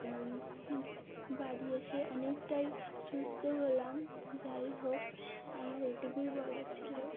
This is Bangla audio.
বাড়ি এসে অনেকটাই সুস্থ হলাম যাই হোক আমার এটুকুই বলা ছিলো